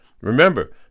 Remember